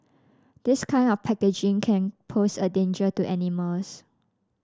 this kind of packaging can pose a danger to animals